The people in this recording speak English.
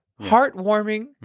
Heartwarming